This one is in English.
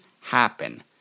happen